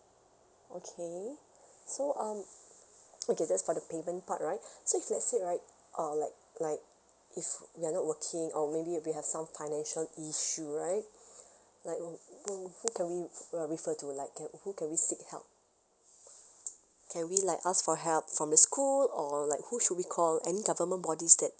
okay so um okay that's for the payment part right so if let's say right uh like like if we're not working or maybe if we have some financial issue right like uh mm who can we uh refer to like can uh who can we seek help can we like ask for help from the school or like who should we call any government bodies that